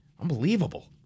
Unbelievable